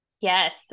Yes